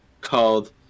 called